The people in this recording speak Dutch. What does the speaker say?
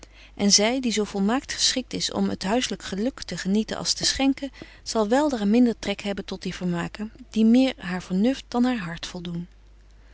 en zy die zo volmaakt geschikt is om het huislyk geluk te genieten als te schenken zal weldra minder trek hebben tot die vermaken die meer haar vernuft dan haar hart voldoen